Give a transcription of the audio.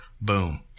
boom